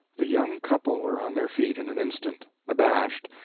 the young couple were on their feet in an instant, abashed,